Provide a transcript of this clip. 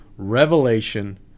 Revelation